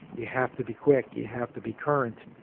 you have to be quick, you have to be current,